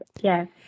Yes